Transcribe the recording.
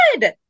good